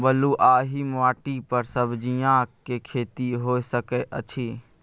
बलुआही माटी पर सब्जियां के खेती होय सकै अछि?